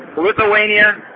Lithuania